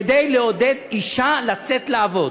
כדי לעודד אישה לצאת לעבוד.